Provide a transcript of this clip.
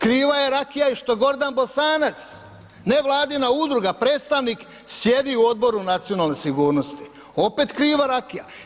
Kriva je rakija i što Gordan Bosanac, nevladina udruga, predstavnik sjedi u Odboru nacionalne sigurnosti, opet kriva rakija.